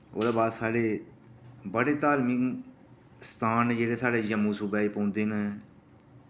ओह्दे बाद साढ़े बड़े धार्मिक स्थान जेह्ड़े साढ़े जम्मू सूबे च पोंदे न